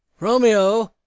romeo,